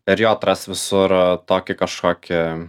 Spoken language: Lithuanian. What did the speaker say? ir jo atras visur tokį kažkokį